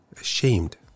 ashamed